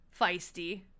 feisty